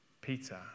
Peter